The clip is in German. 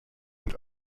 und